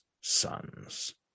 sons